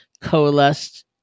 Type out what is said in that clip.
coalesced